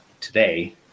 today